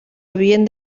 havien